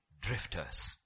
drifters